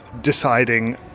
deciding